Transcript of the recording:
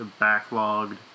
backlogged